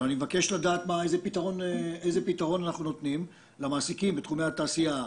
ואני מבקש לדעת איזה פתרון אנחנו נותנים למעסיקים בתחומי התעשייה,